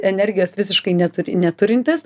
energijos visiškai neturi neturintis